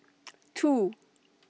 two